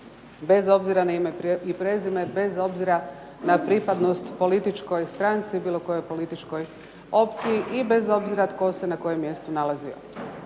bez obzira na ime i prezime, bez obzira na pripadnost političkoj stranci, bilo kojoj političkoj opciji i bez obzira tko se na kojem mjestu nalazio.